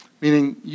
Meaning